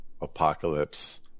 apocalypse